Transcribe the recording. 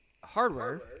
hardware